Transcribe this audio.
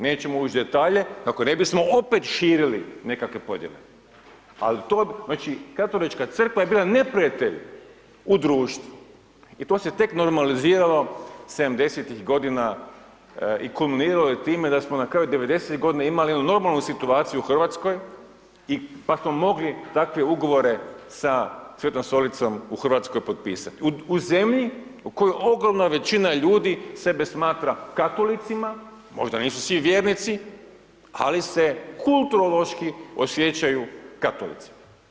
Nećemo ić u detalje kako ne bismo opet širili nekakve podjele ali to znači Katolička crkva je bila neprijatelj u društvu i to se tek normaliziralo 70-ih godina i kulminiralo je time da smo na kraju 90-ih godina imali jednu normalnu situaciju u Hrvatskoj pa smo mogli takve ugovore sa Svetom stolicom u Hrvatskoj potpisati, u zemlji u kojoj ogromna većina ljudi sebe smatra katolicima, možda nisu svi vjernici ali se kulturološki osjećaju katolicima.